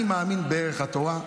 אני מאמין בערך התורה,